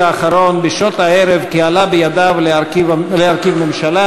האחרון בשעות הערב כי עלה בידו להרכיב ממשלה.